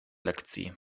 lekcji